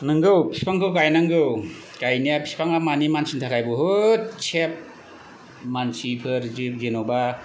नोंगौ फिफांखौ गायनांगौ गायनाया बिफाङा माने मानसिनि थाखाय बुहुत सेफ मानसिफोर जिब जेनेबा